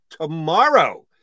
tomorrow